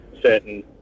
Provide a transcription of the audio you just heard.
certain